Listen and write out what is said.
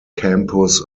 campus